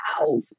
wow